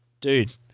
Dude